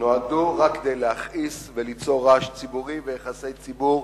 נועדו רק להכעיס וליצור רעש ציבורי ויחסי ציבור,